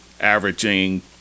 averaging